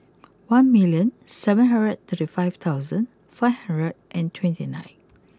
one million seven hundred thirty five thousand five hundred and twenty nine